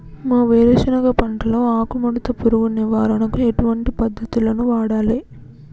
మా వేరుశెనగ పంటలో ఆకుముడత పురుగు నివారణకు ఎటువంటి పద్దతులను వాడాలే?